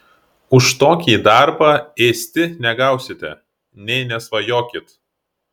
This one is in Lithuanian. už tokį darbą ėsti negausite nė nesvajokit